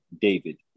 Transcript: David